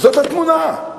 זאת התמונה.